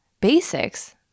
basics